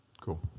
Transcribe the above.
Cool